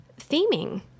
theming